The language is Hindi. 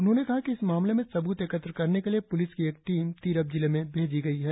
उन्होंने कहा कि इस मामले में सबूत एकत्र करने के लिए पुलिस की एक टीम तिरप जिले में भेजी गई है